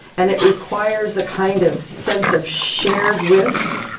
and it requires a kind of sense of shared risk,